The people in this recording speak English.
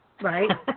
Right